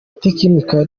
itekinika